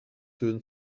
soon